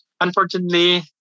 Unfortunately